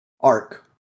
arc